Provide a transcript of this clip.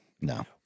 No